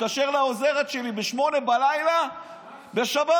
מתקשר לעוזרת שלי ב-20:00 בשבת,